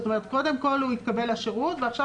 זאת אומרת קודם כל הוא התקבל לשירות ועכשיו